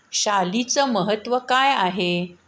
शालीचं महत्त्व काय आहे